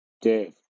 Dave